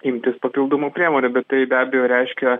imtis papildomų priemonių bet tai be abejo reiškia